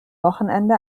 wochenende